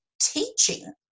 teaching